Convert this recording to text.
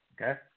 okay